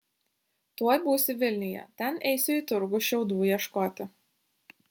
tuoj būsiu vilniuje ten eisiu į turgų šiaudų ieškoti